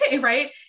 right